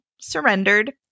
surrendered